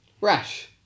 Rash